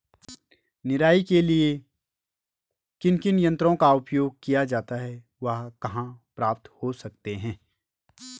निराई के लिए किन किन यंत्रों का उपयोग किया जाता है वह कहाँ प्राप्त हो सकते हैं?